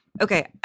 okay